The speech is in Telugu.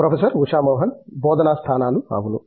ప్రొఫెసర్ ఉషా మోహన్ బోధనా స్థానాలు అవును